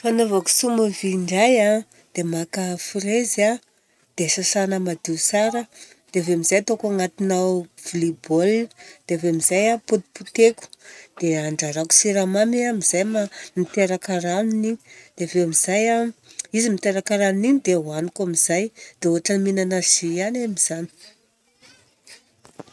Fanaovako somovie indray a, dia maka fraise a, dia sasana madio tsara, dia aveo amizay ataoko agnatina vilia baolina dia avy eo amizay potipoteko dia andrarahako siramamy amizay miteraka ranony igny dia avy eo amizay a, izy miteraka ranon'igny dia ohaniko amizay dia ohatra minana jus ihany amizany.